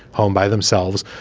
home by themselves,